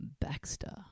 Baxter